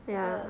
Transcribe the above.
那个